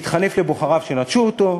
להתחנף לבוחריו, שנטשו אותו,